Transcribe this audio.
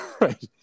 Right